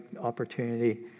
opportunity